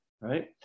right